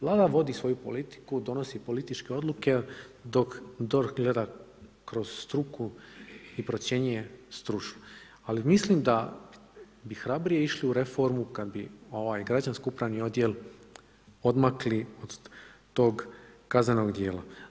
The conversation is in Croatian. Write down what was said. Vlada vodi svoju politiku, donosi političke odluke dok DORH gleda kroz struku i procjenjuje stručno ali mislim da bi hrabrije išli u reformu kad bi ovaj građansko-upravni odjel odmakli od toga kaznenog djela.